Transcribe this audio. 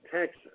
Texas